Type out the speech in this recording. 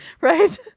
right